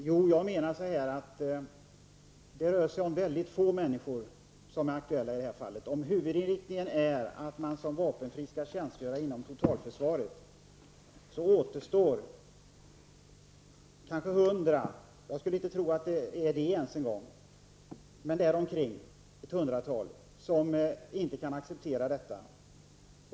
Fru talman! Jag menar att det är rör sig om mycket få människor som är aktuella i detta fall. Om huvudinriktningen är att man som vapenfri skall tjänstgöra inom totalförsvaret återstår omkring ett hundratal som inte kan acceptera detta.